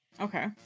okay